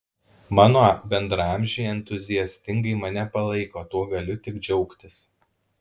mano bendraamžiai entuziastingai mane palaiko tuo galiu tik džiaugtis